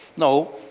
no,